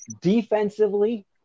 defensively